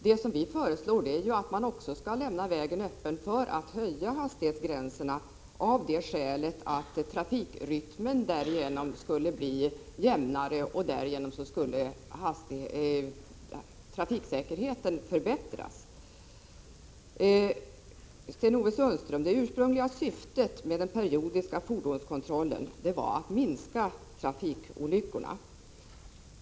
Vad vi föreslår är att man också skall lämna vägen öppen för att höja hastighetsgränserna, när det är befogat av det skälet att trafikrytmen därigenom skulle bli jämnare och trafiksäkerheten därmed förbättras. Det ursprungliga syftet, Sten-Ove Sundström, med den periodiska fordonskontrollen var att minska trafikolyckorna.